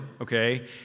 okay